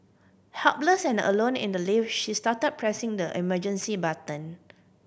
helpless and alone in the lift she start pressing the emergency button